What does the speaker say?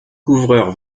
couvreurs